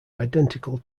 identical